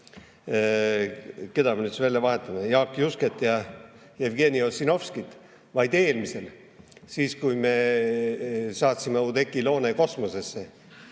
keda me välja vahetame, Jaak Jusket ja Jevgeni Ossinovskit, vaid eelmisel – siis, kui me saatsime Oudekki Loone kosmosesse.